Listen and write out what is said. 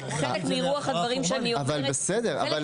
חלק מרוח הדברים שאני אומרת --- אבל בסדר --- חלק